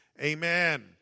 Amen